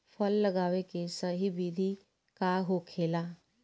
फल लगावे के सही विधि का होखेला?